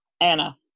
Anna